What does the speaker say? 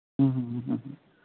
ᱦᱩᱸ ᱦᱩᱸ ᱦᱩᱸ ᱦᱩᱸ ᱦᱩᱸ